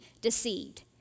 deceived